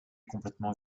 complètement